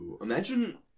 Imagine